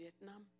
Vietnam